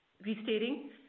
restating